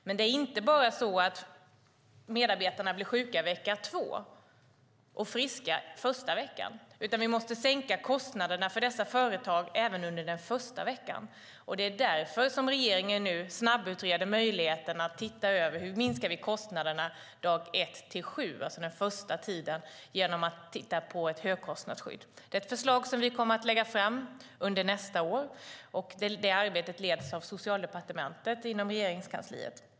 Men det är inte bara så att medarbetarna blir sjuka vecka två och är friska första veckan, så vi måste sänka kostnaderna för dessa företag även under den första veckan. Det är därför som regeringen nu snabbutreder möjligheten att se över hur vi kan minska kostnaderna för dag ett till sju, alltså den första tiden, genom ett högkostnadsskydd. Det är ett förslag som vi kommer att lägga fram under nästa år. Arbetet leds av Socialdepartementet inom Regeringskansliet.